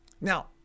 Now